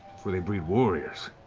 where they breed warriors.